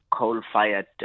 coal-fired